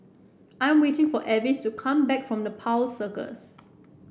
I am waiting for Avis to come back from the Nepal Circus